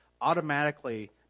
Automatically